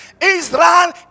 israel